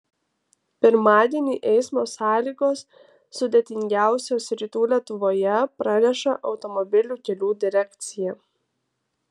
pirmadienį eismo sąlygos sudėtingiausios rytų lietuvoje praneša automobilių kelių direkcija